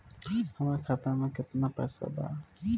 हमार खाता मे केतना पैसा बा?